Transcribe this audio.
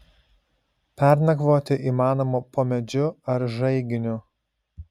pernakvoti įmanoma po medžiu ar žaiginiu